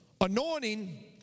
Anointing